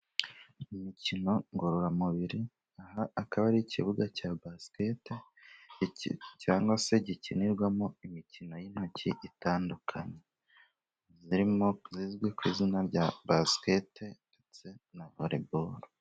Imikino ngororamubiri , aha akaba ari ikibuga cya basikete cyangwa se gikinirwamo imikino y'intoki itandukanye irimo izwi ku izina rya basiketi ndetse na vorebaro.